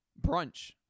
brunch